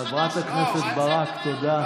חברת הכנסת ברק, תודה.